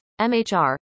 MHR